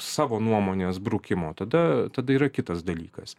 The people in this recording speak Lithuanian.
savo nuomonės brukimo tada tada yra kitas dalykas